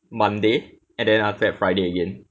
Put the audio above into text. monday and then after that friday again